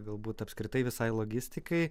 galbūt apskritai visai logistikai